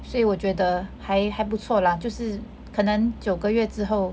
所以我觉得还还不错啦就是可能九个月之后